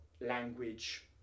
language